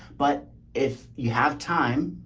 but if you have time,